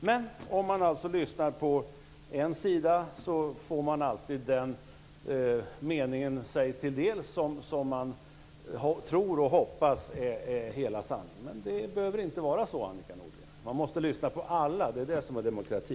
Men om man lyssnar på en sida får man alltid den mening sig till dels som man tror och hoppas är hela sanningen. Men det behöver inte vara så, Annika Nordgren. Man måste lyssna på alla. Det är det som är demokrati.